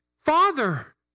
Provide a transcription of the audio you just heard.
Father